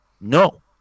No